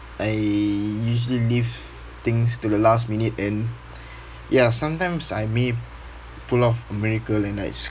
I usually leave things to the last minute and ya sometimes I may pull off a miracle and like